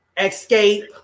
escape